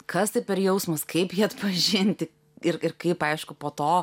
kas tai per jausmas kaip jį atpažinti ir ir kaip aišku po to